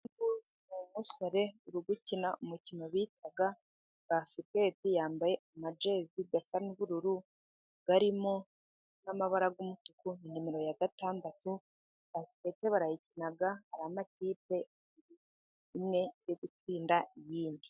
Umusore urigukina umukino bita basikete, yambaye amajezi asa n'ubururu arimo n'amabara y'umutuku, na numero ya gatandatu, basikete barayikina ari amakipe imwe iri gutsinda indi.